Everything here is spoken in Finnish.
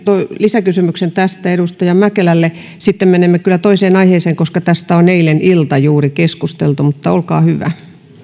lisäkysymyksen edustaja mäkelälle sitten menemme kyllä toiseen aiheeseen koska tästä on eilinen ilta juuri keskusteltu olkaa hyvä